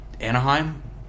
Anaheim